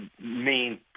main